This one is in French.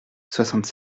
soixante